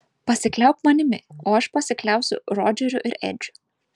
pasikliauk manimi o aš pasikliausiu rodžeriu ir edžiu